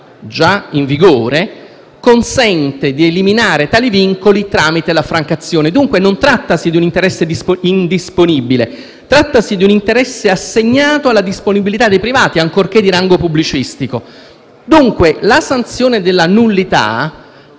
già in vigore consente di eliminare tali vincoli tramite l'affrancazione, quindi trattasi non di un interesse indisponibile, ma di un interesse assegnato alla disponibilità dei privati, ancorché di rango pubblicistico. Dunque, la sanzione della nullità